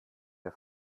der